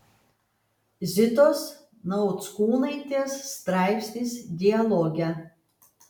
zitos nauckūnaitės straipsnis dialoge